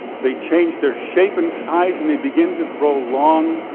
they change their shape and size, and they begin to grow long,